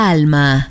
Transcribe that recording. Alma